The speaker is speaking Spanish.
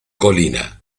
colina